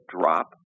drop